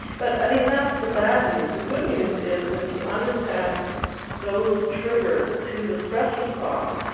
but, i mean, that's the bad news. the good news is that, if you understand those triggers to the stress response,